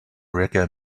reggae